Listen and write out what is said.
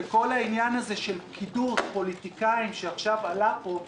לגבי כל העניין הזה של פקידות ושל פוליטיקאים שעכשיו עלה פה,